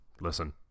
listen